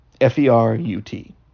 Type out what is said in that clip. f-e-r-u-t